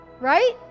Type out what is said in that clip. right